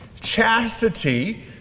Chastity